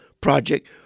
project